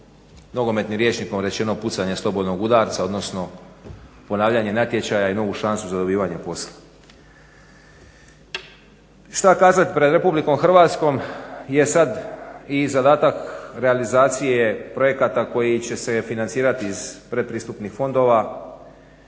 nogometnim rječnikom rečeno pucanje slobodnog udarca, odnosno ponavljanje natječaja i novu šansu za dobivanje posla. Šta kazati, pred Republikom Hrvatskom je sad i zadatak realizacije projekata koji će se financirat iz pretpristupnih fondova,